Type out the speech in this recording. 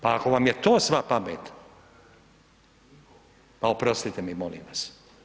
Pa ako vam je sva pamet, pa oprostite mi molim vas.